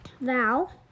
Val